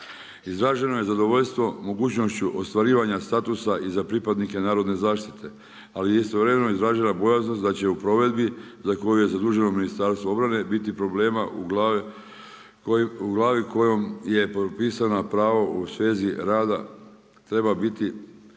Izraženo je zadovoljstvo mogućnošću ostvarivanja statusa i za pripadnike narodne zaštite, ali istovremeno izražava bojaznost, da će u provedbi, za koje je zaduženo ministarstvo obrane, biti problema u glavi kojom je propisana pravo u svezi rada, treba biti,